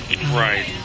Right